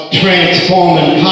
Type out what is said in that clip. transforming